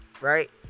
right